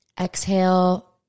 exhale